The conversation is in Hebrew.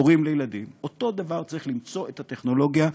הורים לילדים, אותו דבר צריך למצוא את הטכנולוגיה.